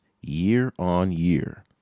year-on-year